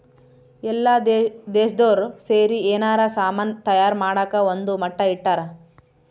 ಎಲ್ಲ ದೇಶ್ದೊರ್ ಸೇರಿ ಯೆನಾರ ಸಾಮನ್ ತಯಾರ್ ಮಾಡಕ ಒಂದ್ ಮಟ್ಟ ಇಟ್ಟರ